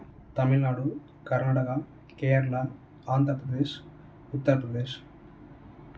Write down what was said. Tamil Nadu Karnataka Kerala Andhra Pradesh Uttar Pradesh